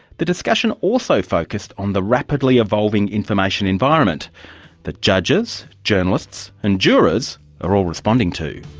the discussion also focused on the rapidly evolving information environment that judges, journalists and jurors are all responding to.